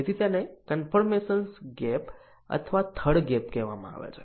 તેથી તેને conformance gap અથવા થર્ડ ગેપ કહેવામાં આવે છે